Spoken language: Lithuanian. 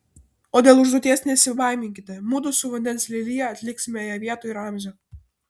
o dėl užduoties nesibaiminkite mudu su vandens lelija atliksime ją vietoj ramzio